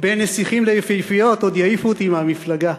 בין נסיכים ליפהפיות עוד יעיפו אותי מהמפלגה.